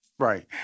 Right